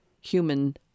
human